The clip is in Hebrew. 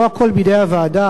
לא הכול בידי הוועדה.